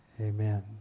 Amen